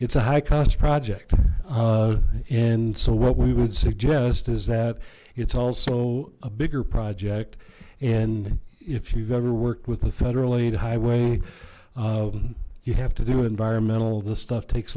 it's a high cost project and so what we would suggest is that it's also a bigger project and if you've ever worked with the federal aid highway you have to do environmental this stuff takes